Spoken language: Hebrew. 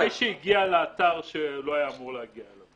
זה מעיד על הגאוניות של מי שהגיע לאתר שהוא לא היה אמור להגיע אליו.